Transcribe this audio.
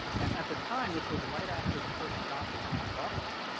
and at the time, which was right after the first dotcom bust,